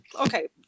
okay